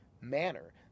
manner